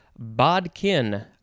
Bodkin